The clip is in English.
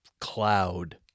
cloud